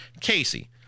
Casey